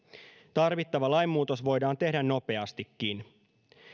tarvittava lainmuutos voidaan tehdä nopeastikin